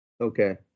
Okay